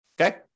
okay